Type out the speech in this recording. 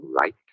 Right